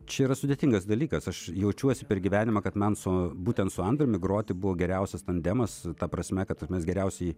čia yra sudėtingas dalykas aš jaučiuosi per gyvenimą kad man su būtent su andriumi groti buvo geriausias tandemas ta prasme kad mes geriausiai